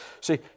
See